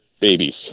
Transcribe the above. babies